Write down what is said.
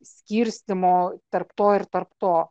skirstymo tarp to ir tarp to